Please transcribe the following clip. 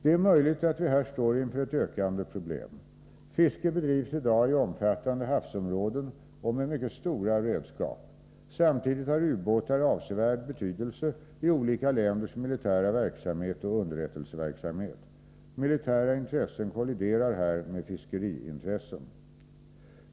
Det är möjligt att vi här står inför ett växande problem. Fiske bedrivs i dag i omfattande havsområden och med mycket stora redskap. Samtidigt har ubåtar avsevärd betydelse i olika länders militära verksamhet och underrättelseverksamhet. Militära intressen kolliderar här med fiskeriintressen.